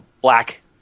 black